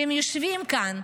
שהם יושבים כאן,